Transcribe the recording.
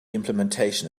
implementation